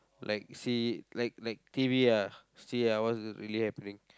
like see like like T_V ah see ah what's really happening